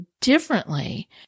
differently